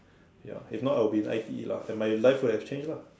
ya if not I would be in I_T_E lah and my life would have changed lah